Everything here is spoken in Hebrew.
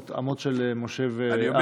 על המטה של משה ואהרן?